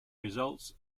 results